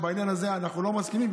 שבעניין הזה אנחנו לא מסכימים,